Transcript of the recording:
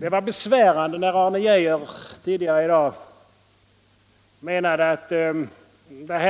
Det var besvärande när Arne Geijer tidigare i dag menade att detta